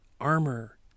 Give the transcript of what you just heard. armor